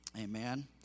Amen